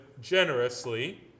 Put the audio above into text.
generously